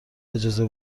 اجازه